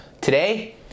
today